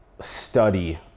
study